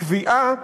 הקביעה